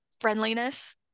friendliness